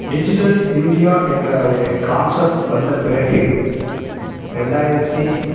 digital India என்ற ஒரு concept வந்த பிறகு ரெண்டாயிரத்தி